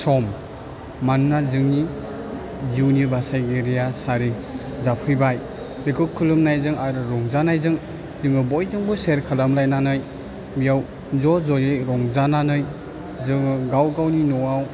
सम मानोना जोंनि जिउनि बासायगिरिया सारि जाफैबाय बेखौ खुलुमनायजों आरो रंजानायजों जोङो बयजोंबो सेयार खालामलायनानै बेयाव ज' ज'यै रंजानानै जोङो गाव गावनि न'आव